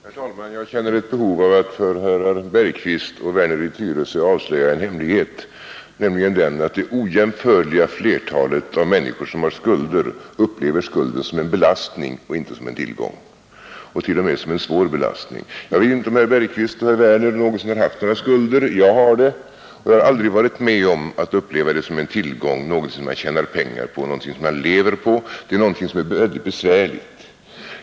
Herr talman! Jag känner ett behov av att för herrar Bergqvist och Werner i Tyresö avslöja en hemlighet, nämligen den att det ojämförliga flertalet människor som har skulder upplever skulden som en belastning och inte som en tillgång — och t.o.m. som en svår belastning. Jag vet inte om herr Bergqvist och herr Werner någonsin har haft några skulder, jag har det, och jag har aldrig varit med om att uppleva det som en tillgång, någonting som man tjänar pengar på eller någonting som man lever på utan det är något som är väldigt besvärligt.